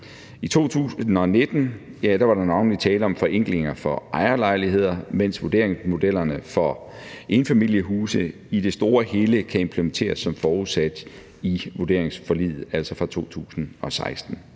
I 2019 var der navnlig tale om forenklinger for ejerlejligheder, mens vurderingsmodellerne for enfamilieshuse i det store og hele kan implementeres som forudsat i vurderingsforliget fra 2016.